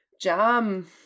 jam